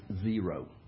zero